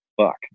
fuck